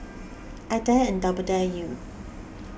I dare and double dare you